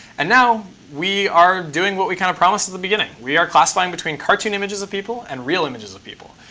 and now we are doing what we kind of promised at the beginning. we are classifying between cartoon images of people and real images of people.